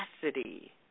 capacity